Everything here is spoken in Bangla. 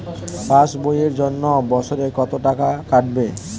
পাস বইয়ের জন্য বছরে কত টাকা কাটবে?